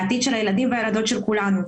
לעתיד של הילדים והילדות של כולנו,